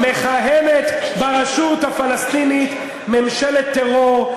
מכהנת ברשות הפלסטינית ממשלת טרור,